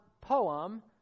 poem